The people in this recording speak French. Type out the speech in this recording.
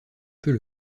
peut